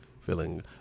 Feeling